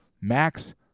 Max